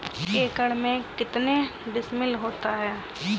एक एकड़ में कितने डिसमिल होता है?